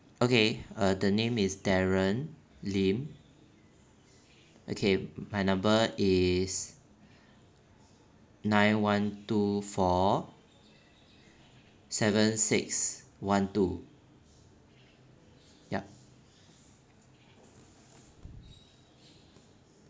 okay uh the name is darren lim okay my number is nine one two four seven six one two yup